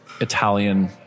Italian